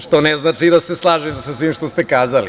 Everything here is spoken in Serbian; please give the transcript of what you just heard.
Što ne znači da se slažem sa svim što ste kazali.